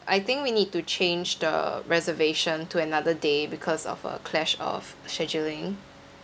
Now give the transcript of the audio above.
I think we need to change the reservation to another day because of a clash of scheduling